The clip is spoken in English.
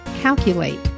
CALCULATE